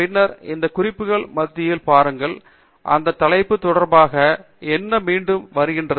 பின்னர் அந்த குறிப்புகள் மத்தியில் பாருங்கள் அந்த தலைப்பு தொடர்பாக என்ன மீண்டும் மீண்டும் போகிறது